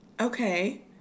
Okay